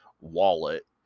Wallet